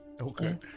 okay